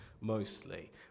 mostly